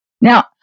Now